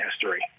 history